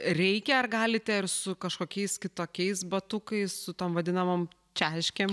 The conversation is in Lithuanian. reikia ar galite ir su kažkokiais kitokiais batukais su tom vadinamom češkėm